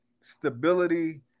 stability